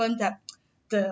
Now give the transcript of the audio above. happen that the